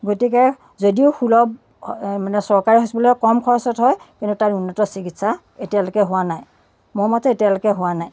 গতিকে যদিও সুলভ মানে চৰকাৰী হস্পিতেলত কম খৰচত হয় কিন্তু তাত উন্নত চিকিৎসা এতিয়ালৈকে হোৱা নাই মোৰ মতে এতিয়ালৈকে হোৱা নাই